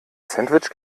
sandwich